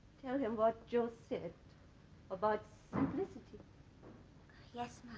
tell him what jo said about simplicity yes